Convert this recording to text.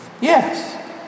Yes